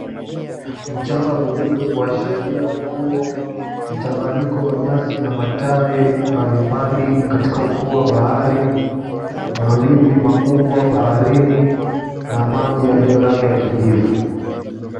Mchanga mweupe kuashiria ufuo. Mchanganyiko wa nyasi na matawi mbalimbali katika ufuo wa bahari. Mawimbi makubwa baharini na maji yaliyo rangi ya kijivu.